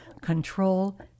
control